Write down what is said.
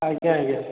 ଆଜ୍ଞା ଆଜ୍ଞା